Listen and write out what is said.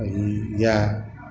इएह